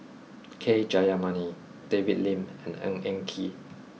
K Jayamani David Lim and Ng Eng Kee